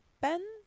Ben